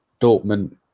Dortmund